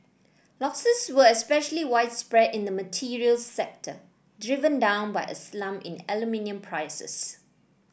losses were especially widespread in the materials sector driven down by a slump in aluminium prices